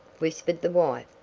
whispered the wife.